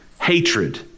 hatred